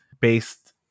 based